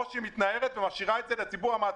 או שהיא משאירה את זה לציבור המעסיקים,